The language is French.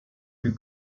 plus